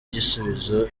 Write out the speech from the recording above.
igisubizo